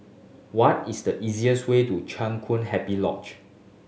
what is the easiest way to Chang Kun Happy Lodge